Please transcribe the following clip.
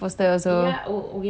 the instagram